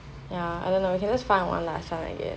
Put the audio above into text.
ya I don't know lah you can just find one last one I guess